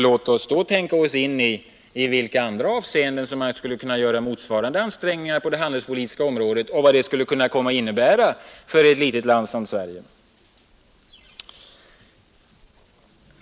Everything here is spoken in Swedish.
Låt oss då betänka att de skulle kunna göra andra sådana ansträngningar på det handelspolitiska området och att dessa skulle komma att bli besvärliga för ett litet land som Sverige.